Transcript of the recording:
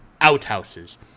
outhouses